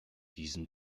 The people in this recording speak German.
diesem